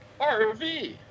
RV